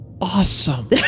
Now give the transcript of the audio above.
awesome